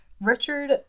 Richard